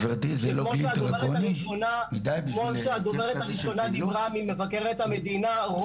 כמו שהדוברת הראשונה דיברה ממבקרת המדינה,